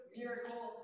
miracle